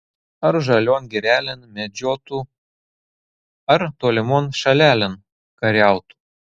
ar žalion girelėn medžiotų ar tolimon šalelėn kariautų